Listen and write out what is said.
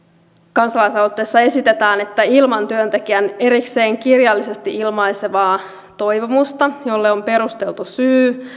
kansalaisaloitteessa esitetään että ilman työntekijän erikseen kirjallisesti ilmaisemaa toivomusta jolle on perusteltu syy